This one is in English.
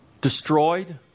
destroyed